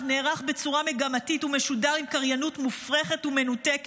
נערך בצורה מגמתית ומשודר עם קריינות מופרכת ומנותקת.